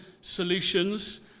solutions